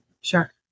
Sure